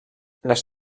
les